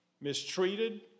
mistreated